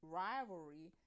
rivalry